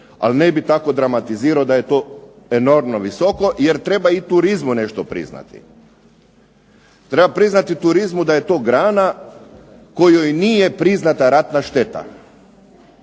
Ali ne bi tako dramatizirao da je to enormno visoko, jer treba i turizmu nešto priznati. Treba priznati turizmu da je to grana kojoj nije priznata ratna šteta,